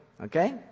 Okay